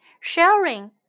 Sharing